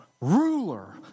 ruler